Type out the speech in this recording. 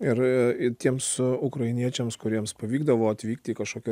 ir ir tiems ukrainiečiams kuriems pavykdavo atvykti į kažkokio